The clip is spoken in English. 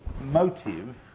motive